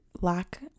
lack